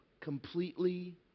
completely